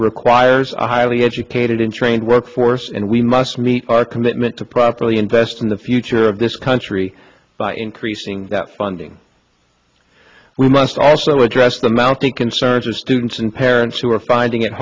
requires a highly educated and trained workforce and we must meet our commitment to properly invest in the future of this country by increasing that funding we must also address the mounting concerns of students and parents who are finding it